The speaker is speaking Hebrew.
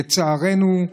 לצערנו,